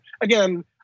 again